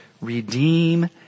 redeem